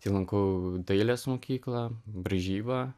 tai lankau dailės mokyklą braižybą